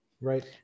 right